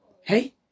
Hey